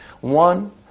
one